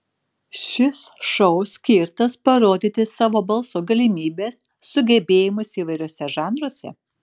šis šou skirtas parodyti savo balso galimybes sugebėjimus įvairiuose žanruose